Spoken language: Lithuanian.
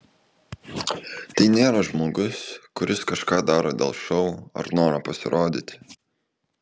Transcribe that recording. tai nėra žmogus kuris kažką daro dėl šou ar noro pasirodyti